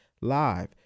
live